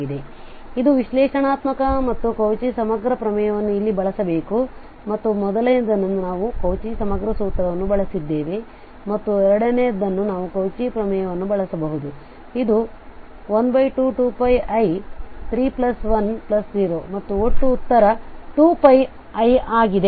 ಆದ್ದರಿಂದ ಇದು ವಿಶ್ಲೇಷಣಾತ್ಮಕ ಮತ್ತು ಕೌಚಿ ಸಮಗ್ರ ಪ್ರಮೇಯವನ್ನು ಇಲ್ಲಿ ಬಳಸಬೇಕು ಮತ್ತು ಮೊದಲನೆಯದನ್ನು ನಾವು ಕೌಚಿ ಸಮಗ್ರ ಸೂತ್ರವನ್ನು ಬಳಸಿದ್ದೇವೆ ಮತ್ತು ಎರಡನೆಯದನ್ನು ನಾವು ಕೌಚಿ ಪ್ರಮೇಯವನ್ನು ಬಳಸಬಹುದು ಇದು 122πi310 ಮತ್ತು ಒಟ್ಟು ಉತ್ತರ 2πi ಆಗಿದೆ